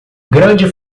grande